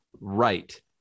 right